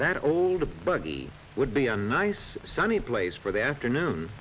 that old buddy would be a nice sunny place for the afternoon